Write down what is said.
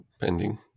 Pending